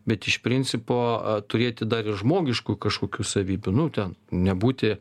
bet iš principo turėti dar ir žmogiškų kažkokių savybių nu ten nebūti